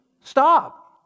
Stop